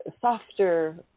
softer